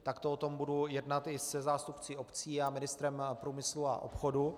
Takto o tom budu jednat i se zástupci obcí a ministrem průmyslu a obchodu.